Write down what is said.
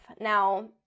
Now